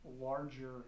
larger